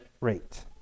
rate